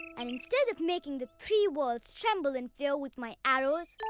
and instead of making the three worlds tremble in fear with my arrows,